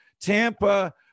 Tampa